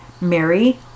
Mary